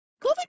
COVID